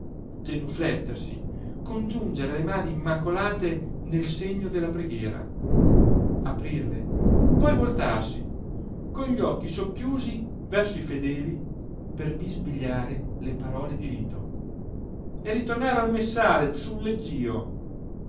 tabernacolo genuflettersi congiungere le mani immacolate nel segno della preghiera aprirle poi voltarsi con gli occhi socchiusi verso i fedeli per bisbigliare le parole di rito e ritornare al messale sul